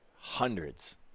hundreds